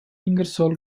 ingersoll